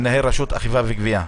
מנהל רשות אכיפה וגבייה.